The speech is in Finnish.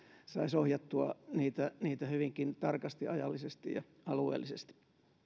saisi ohjattua niitä niitä hyvinkin tarkasti ajallisesti ja alueellisesti